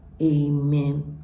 Amen